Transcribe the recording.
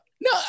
No